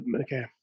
okay